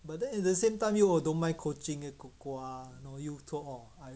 but then at the same time 又 don't mind coaching 苦瓜又做么